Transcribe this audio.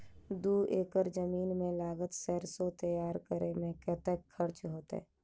दू एकड़ जमीन मे लागल सैरसो तैयार करै मे कतेक खर्च हेतै?